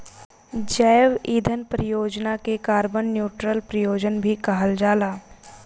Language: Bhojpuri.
जैव ईंधन परियोजना के कार्बन न्यूट्रल परियोजना भी कहल जाला